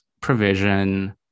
provision